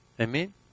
Amen